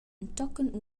entochen